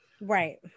Right